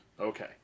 Okay